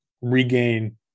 regain